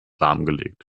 lahmgelegt